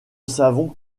savons